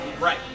Right